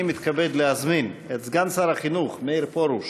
אני מתכבד להזמין את סגן שר החינוך מאיר פרוש